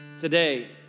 Today